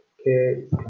okay